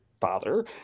father